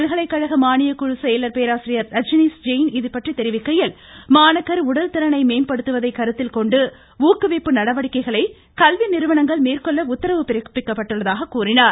பல்கலைக்கழக மானியக்குழு செயலர் பேராசிரியர் ரஜனீஷ் ஜெயின் இதுபற்றி தெரிவிக்கையில் மாணாக்கர் உடல்திறனை மேம்படுத்துவதை கருத்தில் கொண்டு ஊக்குவிப்பு நடவடிக்கைகளை கல்வி நிறுவனங்கள் மேற்கொள்ள உத்தரவு பிறப்பிக்கப்பட்டுள்ளதாக கூறினார்